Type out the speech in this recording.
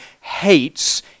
hates